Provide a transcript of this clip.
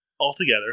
Altogether